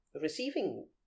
receiving